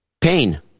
Pain